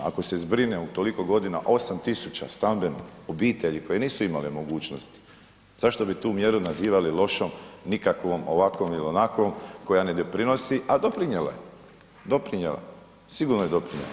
Ako se zbrine u toliko godina 8.000 stambenih obitelji koje nisu imali mogućnost, zašto bi tu mjeru nazivali lošom, nikakvom ovakvom ili onakvom koja ne doprinosi, a doprinijela je, doprinijela je, sigurno je doprinijela.